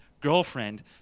girlfriend